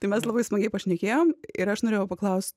tai mes labai smagiai pašnekėjom ir aš norėjau paklaust